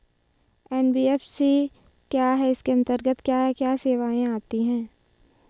NBFC क्या है इसके अंतर्गत क्या क्या सेवाएँ आती हैं?